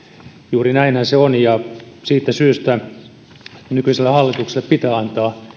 juuri näinhän se on ja siitä syystä nykyiselle hallitukselle pitää antaa